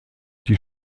die